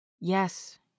Yes